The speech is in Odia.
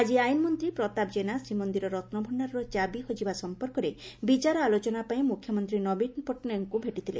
ଆକି ଆଇନ୍ମନ୍ତୀ ପ୍ରତାପ ଜେନା ଶ୍ରୀମନ୍ଦିର ରତ୍ୱଭଷାରର ଚାବି ହଜିବା ସମ୍ପର୍କରେ ବିଚାର ଆଲୋଚନା ପାଇଁ ମୁଖ୍ୟମନ୍ତୀ ନବୀନ ପଟ୍ଟନାୟକଙ୍କୁ ଭେଟିଥିଲେ